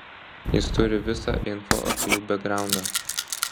jis turi visą info apie jų bekgraundą